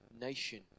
nation